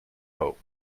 hope